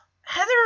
Heather